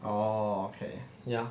oh okay ya